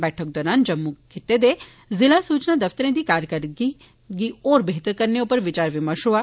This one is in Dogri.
बैठक दौरान जम्मू खिते दे ज़िला सूचना दफतरें दी कारकरदगी गी होर बेह्तर करने उप्पर विचार विमर्श होआ